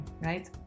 right